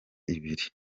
ibiri